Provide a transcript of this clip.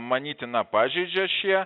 manytina pažeidžia šie